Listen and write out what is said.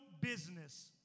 business